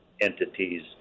entities